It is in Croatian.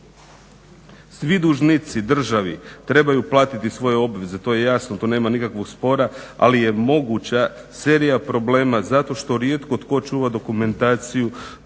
Svi dužnici državi trebaju platiti svoje obveze, to je jasno tu nema nikakvog spora, ali je moguća serija problema zato što rijetko tko čuva dokumentaciju